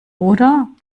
oder